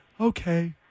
Okay